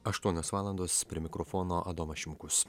aštuonios valandos prie mikrofono adomas šimkus